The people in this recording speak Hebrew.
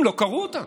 הם לא קראו אותה.